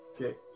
Okay